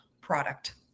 product